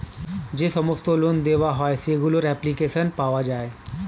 যে সমস্ত লোন দেওয়া হয় সেগুলোর অ্যাপ্লিকেশন পাওয়া যায়